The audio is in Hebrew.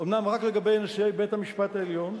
אומנם רק לגבי נשיאי בית-המשפט העליון.